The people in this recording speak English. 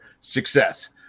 success